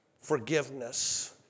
forgiveness